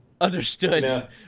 Understood